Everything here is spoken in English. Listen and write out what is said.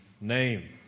name